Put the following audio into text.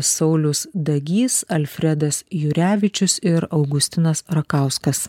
saulius dagys alfredas jurevičius ir augustinas rakauskas